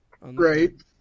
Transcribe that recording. Right